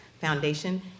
Foundation